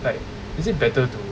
like is it better to